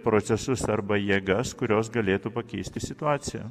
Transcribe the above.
procesus arba jėgas kurios galėtų pakeisti situaciją